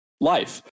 life